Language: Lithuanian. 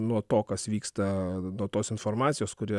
nuo to kas vyksta nuo tos informacijos kuri